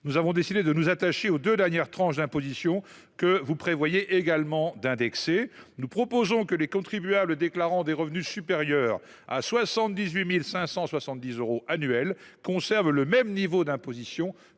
nous avons décidé de nous intéresser aux deux dernières tranches d’imposition, que vous prévoyez également d’indexer sur l’inflation. Nous proposons donc que les contribuables déclarant des revenus supérieurs à 78 570 euros annuels conservent en 2024 le même niveau d’imposition